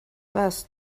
was